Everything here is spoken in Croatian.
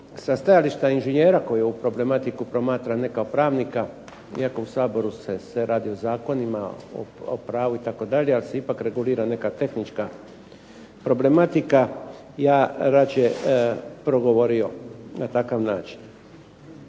sa stajališta inženjera koji ovu problematiku promatra ne kao pravnika iako u Saboru se sve radi o zakonima, o pravu, ali se ipak regulira neka tehnička problematika. Ja rađe progovorio na takav način.